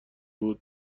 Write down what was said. بود